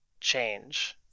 change